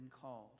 called